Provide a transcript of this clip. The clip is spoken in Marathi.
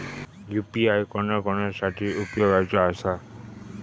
यू.पी.आय कोणा कोणा साठी उपयोगाचा आसा?